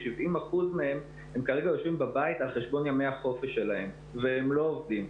70% מהם כרגע יושבים בבית על חשבון ימי החופש שלהם והם לא עובדים.